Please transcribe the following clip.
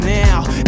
now